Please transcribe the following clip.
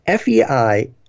FEI